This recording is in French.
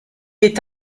est